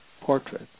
portrait